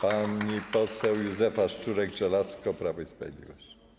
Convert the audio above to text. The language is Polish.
Pani poseł Józefa Szczurek-Żelazko, Prawo i Sprawiedliwość.